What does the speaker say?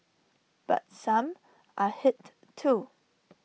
but some are hit too